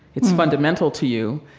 it's fundamental to you,